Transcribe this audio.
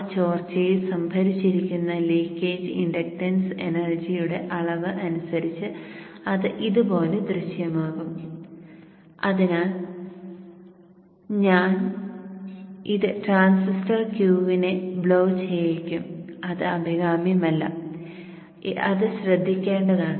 ആ ചോർച്ചയിൽ സംഭരിച്ചിരിക്കുന്ന ലീക്കേജ് ഇൻഡക്ടൻസ് എനർജിയുടെ അളവ് അനുസരിച്ച് അത് ഇതുപോലെ ദൃശ്യമാകും അതിനാൽ ഇത് ട്രാൻസിസ്റ്റർ Q നെ ബ്ലോ ചെയ്യിക്കും അത് അഭികാമ്യമല്ല അത് ശ്രദ്ധിക്കേണ്ടതാണ്